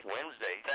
Wednesday